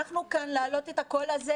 אנחנו נמצאים כאן כדי להעלות את הקול הזה